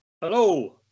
Hello